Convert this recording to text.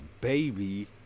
baby